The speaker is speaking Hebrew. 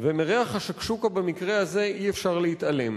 ומריח ה"שקשוקה" במקרה הזה אי-אפשר להתעלם.